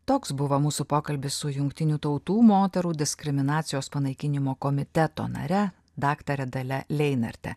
toks buvo mūsų pokalbis su jungtinių tautų moterų diskriminacijos panaikinimo komiteto nare daktare dalia leinarte